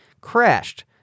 crashed